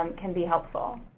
um can be helpful?